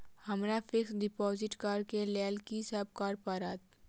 हमरा fix deposit करऽ केँ लेल की सब करऽ पड़त?